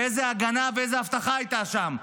ואיזה הגנה ואיזה אבטחה היו שם.